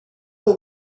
will